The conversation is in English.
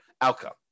outcome